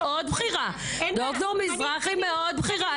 דר' מזרחי מאוד בכירה.